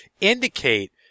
indicate